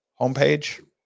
homepage